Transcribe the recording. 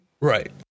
Right